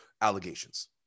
allegations